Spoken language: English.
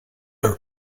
her